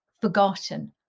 forgotten